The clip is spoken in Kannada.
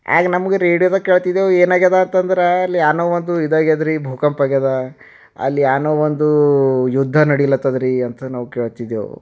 ಆಗ ನಮ್ಗೆ ರೇಡಿಯೋದಾಗ ಕೇಳ್ತಿದೆವು ಏನಾಗ್ಯದಂತಂದ್ರೆ ಅಲ್ಲಿ ಏನೋ ಒಂದು ಇದಾಗ್ಯದರಿ ಭೂಕಂಪಾಗ್ಯದ ಅಲ್ಲಿ ಏನೋ ಒಂದು ಯುದ್ಧ ನಡಿಲತ್ತದರಿ ಅಂತ ನಾವು ಕೇಳ್ತಿದ್ದೆವು